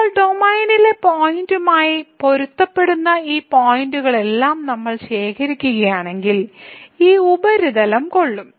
ഇപ്പോൾ ഡൊമെയ്നിലെ പോയിന്റുമായി പൊരുത്തപ്പെടുന്ന ഈ പോയിന്റുകളെല്ലാം നമ്മൾ ശേഖരിക്കുകയാണെങ്കിൽ ഈ ഉപരിതലം കൊള്ളും